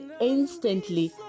instantly